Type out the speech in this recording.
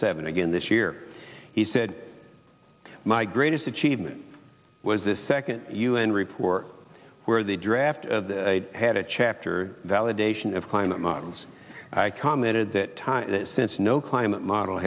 seven again this year he said my greatest achievement was this second u n report where the draft of the had a chapter validation of climate models i commented that time since no climate model